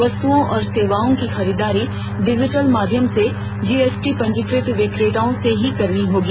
वस्तुओं और सेवाओं की खरीददारी डिजिटल माध्यम से जीएसटी पंजीकृत विक्रेताओं से ही करनी होगी